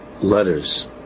letters